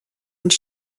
und